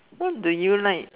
what do you like